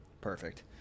Perfect